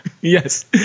yes